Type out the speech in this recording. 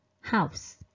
house